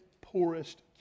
poorest